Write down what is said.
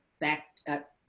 back